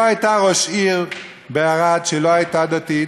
היה הייתה ראש עיר בערד שלא הייתה דתית,